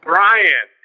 Brian